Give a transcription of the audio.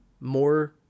more